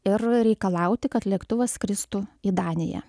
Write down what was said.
ir reikalauti kad lėktuvas skristų į daniją